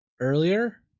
earlier